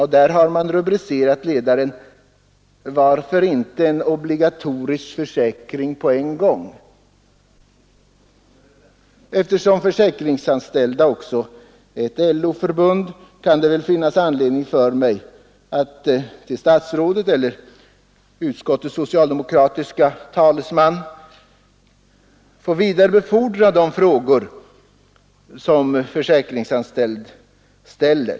Ledaren har rubriken: ”Varför inte en obligatorisk försäkring på en gång?” Eftersom Försäkringsanställdas förbund är ett LO-förbund kan det väl finnas anledning för mig att till statsrådet Holmqvist eller till utskottets socialdemokratiske talesman vidarebefordra de frågor som Försäkringsanställd ställer.